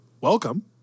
welcome